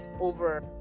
over